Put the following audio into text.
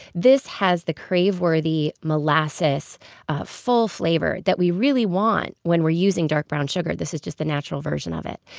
this has the crave-worthy molasses full flavor that we really want when we're using dark brown sugar. this is just a natural version of it.